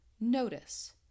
notice